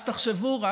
אז תחשבו רק,